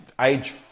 age